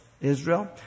Israel